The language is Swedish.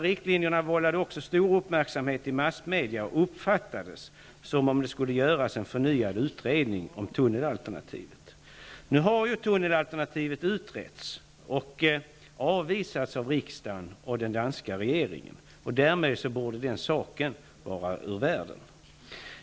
Riktlinjerna vållade också stor uppmärksamhet i massmedia och uppfattades som om det skulle göras en förnyad utredning om tunnelalternativet. Nu har tunnelalternativet utretts och avvisats av riksdagen och den danska regeringen. Därmed borde den saken vara ur världen.